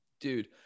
dude